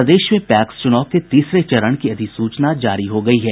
प्रदेश में पैक्स चुनाव के तीसरे चरण की अधिसूचना जारी हो गयी है